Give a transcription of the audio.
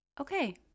okay